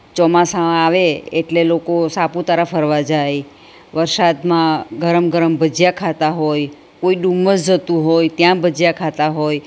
ચોમાસા આવે એટલે લોકો સાપુતારા ફરવા જાય વરસાદમાં ગરમ ગરમ ભજીયા ખાતા હોય કોઈ ડુમસ જતું હોય ત્યાં ભજીયા ખાતા હોય